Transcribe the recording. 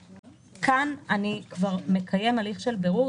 כאן אדם כבר מקיים הליך של בירור,